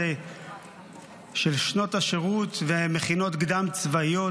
של שנת השירות והמכינות הקדם-צבאיות.